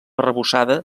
arrebossada